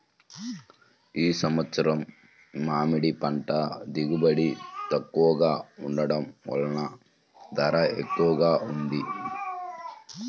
ఈ సంవత్సరం మామిడి పంట దిగుబడి తక్కువగా ఉండటం వలన ధర ఎక్కువగా ఉంది